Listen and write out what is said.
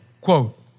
quote